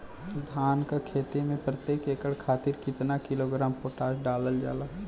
धान क खेती में प्रत्येक एकड़ खातिर कितना किलोग्राम पोटाश डालल जाला?